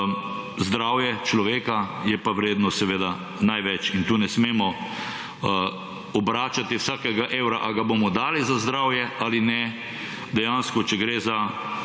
zdravje človeka je pa vredno seveda največ in tu ne smemo obračati vsakega evra, a ga bomo dali za zdravje ali ne. Dejansko, če gre za utemeljeno